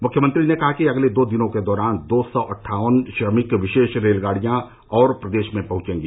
मुख्यमंत्री ने कहा कि अगले दो दिनों के दौरान दो सौ अट्ठावन श्रमिक विशेष रेलगाड़ियां और प्रदेश में पहुंचेंगी